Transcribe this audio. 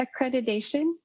accreditation